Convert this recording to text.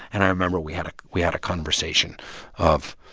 and i remember we had we had a conversation of,